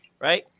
right